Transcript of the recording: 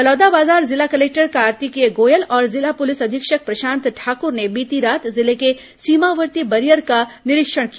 बलौदाबाजार जिला कलेक्टर कार्तिकेय गोयल और जिला पुलिस अधीक्षक प्रशांत ठाकुर ने बीती रात जिले के सीमावर्ती बैरियर का निरीक्षण किया